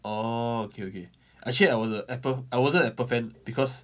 oh okay okay actually I was uh apple I wasn't and prevent because